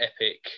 epic